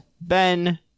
Ben